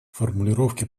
формулировки